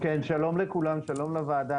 שלום לוועדה.